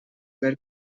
were